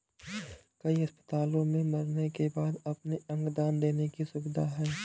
कई अस्पतालों में मरने के बाद अपने अंग दान देने की सुविधा है